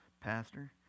pastor